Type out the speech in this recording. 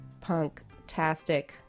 punk-tastic